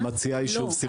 היא מציעה יישוב סכסוך.